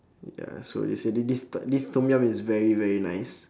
ya so is a this this this tom-yum is very very nice